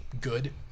good